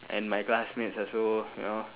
and my classmates also you know